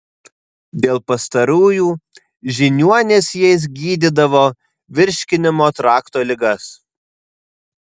dėl pastarųjų žiniuonys jais gydydavo virškinimo trakto ligas